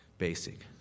basic